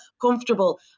comfortable